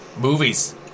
Movies